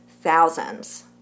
thousands